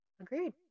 Agreed